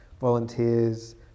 volunteers